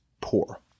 poor